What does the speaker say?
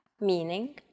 meaning